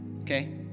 Okay